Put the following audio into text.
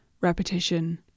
repetition